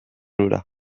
hura